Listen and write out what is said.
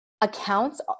accounts